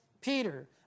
Peter